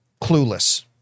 Clueless